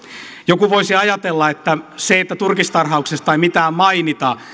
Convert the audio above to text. joku voisi ajatella että se että turkistarhauksesta ei mitään mainita